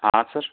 हाँ सर